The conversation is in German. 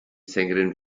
sängerin